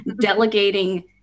delegating